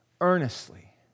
earnestly